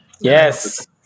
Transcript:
Yes